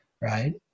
right